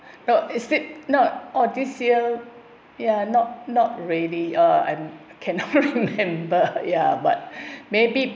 no is it not or this year ya not not really uh I'm can cannot remember ya but maybe